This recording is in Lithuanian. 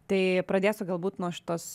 tai pradėsiu galbūt nuo šitos